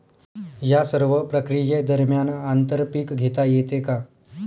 या सर्व प्रक्रिये दरम्यान आंतर पीक घेता येते का?